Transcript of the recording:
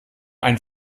ein